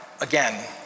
again